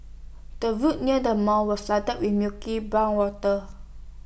the road near the mall was flooded with murky brown water